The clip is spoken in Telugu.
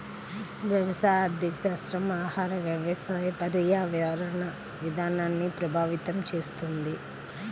వ్యవసాయ ఆర్థికశాస్త్రం ఆహార, వ్యవసాయ, పర్యావరణ విధానాల్ని ప్రభావితం చేస్తుంది